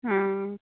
हाँ